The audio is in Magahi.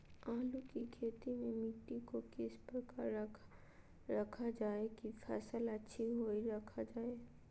आलू की खेती में मिट्टी को किस प्रकार रखा रखा जाए की फसल अच्छी होई रखा जाए?